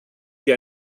dir